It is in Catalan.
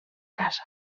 casa